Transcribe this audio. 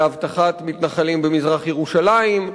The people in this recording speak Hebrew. לאבטחת מתנחלים במזרח-ירושלים,